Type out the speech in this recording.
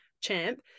Champ